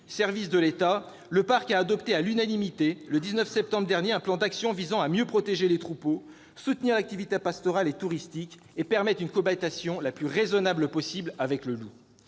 services de l'État, le parc a adopté à l'unanimité, le 19 septembre dernier, un plan d'action visant à mieux protéger les troupeaux, à soutenir l'activité pastorale et touristique et à permettre une cohabitation la plus raisonnable possible avec le loup.